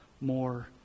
more